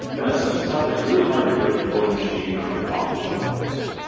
and that's um stuff that's really hard to do in your own machine or with off-the shelf tools.